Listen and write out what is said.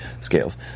Scales